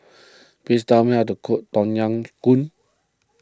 please tell me how to cook Tom Yam Goong